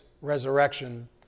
resurrection